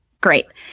Great